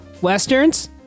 Westerns